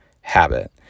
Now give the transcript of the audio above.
habit